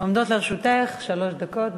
עומדות לרשותך שלוש דקות.